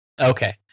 okay